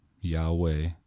Yahweh